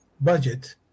budget